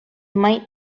might